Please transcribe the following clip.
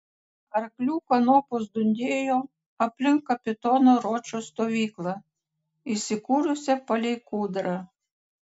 arklių kanopos dundėjo aplink kapitono ročo stovyklą įsikūrusią palei kūdrą